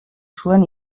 zuen